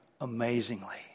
amazingly